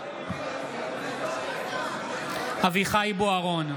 בעד אביחי אברהם בוארון,